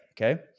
Okay